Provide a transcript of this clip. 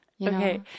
okay